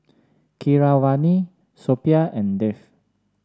Keeravani Suppiah and Dev